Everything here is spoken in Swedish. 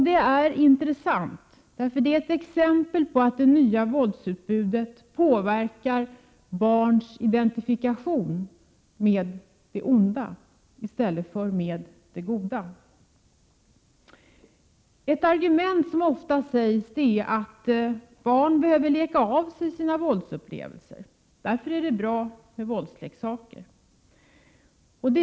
Detta är intressant, eftersom det är ett exempel på att det nya våldsutbudet gör att barn identifierar sig med det onda i stället för med det goda. Ett argument som ofta framförs är att barn behöver leka av sig sina våldsupplevelser. Därför är det bra med våldsleksaker, sägs det.